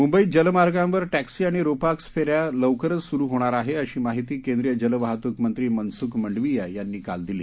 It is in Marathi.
मुंबईत जलमार्गांवर टॅक्सी आणि रोपाक्स फेऱ्या लवकरंच सुरू होणार आहे अशी माहीती केंद्रीय जलवाहतूकमंत्री मनस्ख मंडाविया यांनी काल दिली